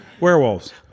Werewolves